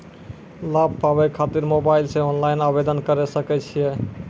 लाभ पाबय खातिर मोबाइल से ऑनलाइन आवेदन करें सकय छियै?